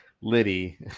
liddy